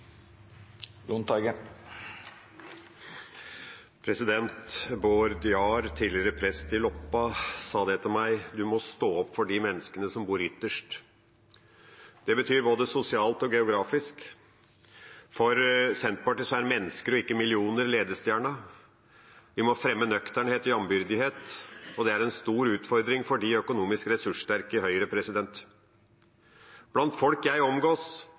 tidligere prest i Loppa, sa til meg: Du må stå opp for de menneskene som bor ytterst. Det betyr både sosialt og geografisk. For Senterpartiet er mennesker og ikke millioner ledestjerna. Vi må fremme nøkternhet og jambyrdighet, og det er en stor utfordring for de økonomisk ressurssterke i Høyre. Blant folk jeg omgås,